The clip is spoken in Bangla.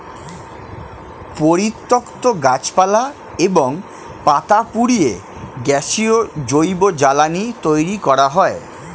পরিত্যক্ত গাছপালা এবং পাতা পুড়িয়ে গ্যাসীয় জৈব জ্বালানি তৈরি করা হয়